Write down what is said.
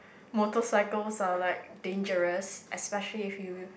motorcycles are like dangerous especially if you